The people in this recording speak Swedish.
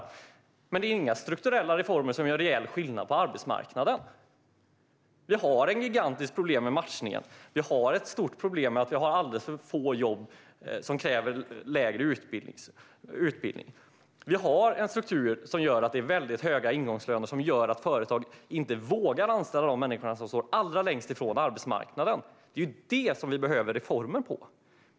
Men det är inte fråga om några strukturella reformer som gör reell skillnad på arbetsmarknaden. Vi har ett gigantiskt problem med matchningen. Vi har ett stort problem med att vi har alldeles för få jobb med lägre utbildningskrav. Vi har en struktur med väldigt höga ingångslöner som gör att företag inte vågar anställa de människor som står allra längst ifrån arbetsmarknaden. Det är där vi behöver reformer.